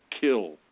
kill